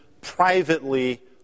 privately